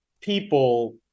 people